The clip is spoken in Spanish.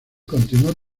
continuó